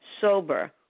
sober